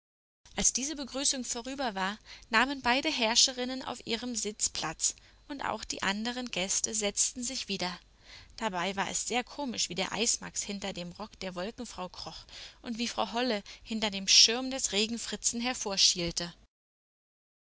als diese begrüßung vorüber war nahmen beide herrscherinnen auf ihren sitzen platz und auch die anderen gäste setzten sich wieder dabei war es sehr komisch wie der eismax hinter den rock der wolkenfrau kroch und wie frau holle hinter dem schirm des